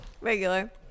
Regular